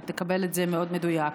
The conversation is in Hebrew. אתה תקבל את זה מאוד מדויק.